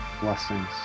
Blessings